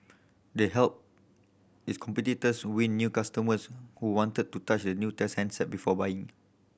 they helped its competitors win new customers who wanted to touch and new test handset before buying